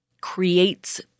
creates